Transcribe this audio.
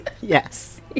yes